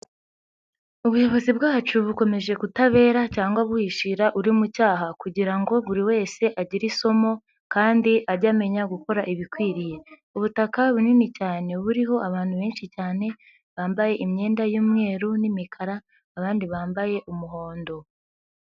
Ubuyobozi bwacu bukomeje kutabera cyangwa buhishira uri mu cyaha kugira ngo buri wese agire isomo kandi ajye amenya gukora ibikwiriye, ubutaka bunini cyane buriho abantu benshi cyane bambaye imyenda y'umweru n'imikara abandi bambaye umuhondo.